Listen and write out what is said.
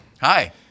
Hi